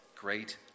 great